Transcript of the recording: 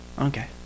Okay